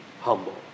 humble